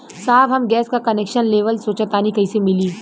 साहब हम गैस का कनेक्सन लेवल सोंचतानी कइसे मिली?